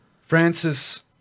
Francis